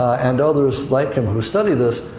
and others like him who study this,